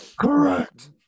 Correct